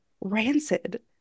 Rancid